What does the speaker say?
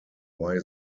why